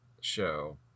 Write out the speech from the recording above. show